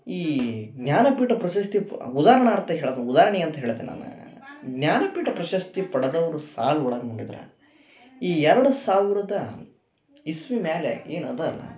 ಈ ಜ್ಞಾನಪೀಠ ಪ್ರಶಸ್ತಿ ಪ ಉದಾಹರಣಾರ್ಥ ಹೇಳ್ತೆ ಉದಾರ್ಣೆ ಅಂತ ಹೇಳ್ತೇನೆ ನಾನು ಜ್ಞಾನಪೀಠ ಪ್ರಶಸ್ತಿ ಪಡೆದವ್ರ ಸಾಲು ಒಳಗೆ ನೋಡಿದ್ರೆ ಈ ಎರಡು ಸಾವಿರದ ಇಸವಿ ಮೇಲೆ ಏನು ಅದ ಅಲ್ಲ